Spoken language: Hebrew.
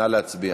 נא להצביע.